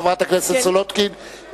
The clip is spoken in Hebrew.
חברת הכנסת מרינה סולודקין.